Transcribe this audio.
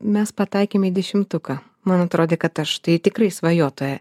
mes pataikėm į dešimtuką man atrodė kad aš tai tikrai svajotoja